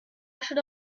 should